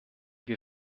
wir